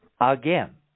again